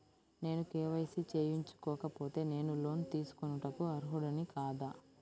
నేను కే.వై.సి చేయించుకోకపోతే నేను లోన్ తీసుకొనుటకు అర్హుడని కాదా?